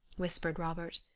whispered robert,